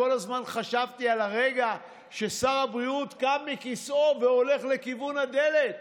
כל הזמן חשבתי על הרגע ששר הבריאות קם מכיסאו והולך לכיוון הדלת.